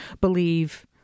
believe